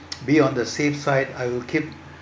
be on the safe side I will keep